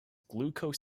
glucose